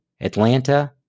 Atlanta